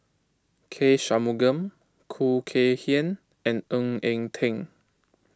K Shanmugam Khoo Kay Hian and Ng Eng Teng